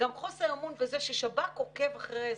גם חוסר אמון בזה ששב"כ עוקב אחרי האזרחים,